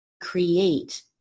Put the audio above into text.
create